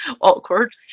Awkward